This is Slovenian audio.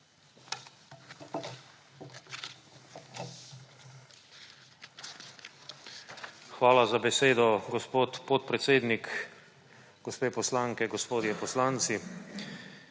Hvala za besedo, gospod podpredsednik. Gospe poslanke, gospodje poslanci!